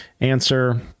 answer